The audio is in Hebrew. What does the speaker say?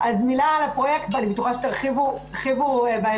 מילה על הפרויקט, ואני בטוחה שתרחיבו בהמשך.